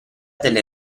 delle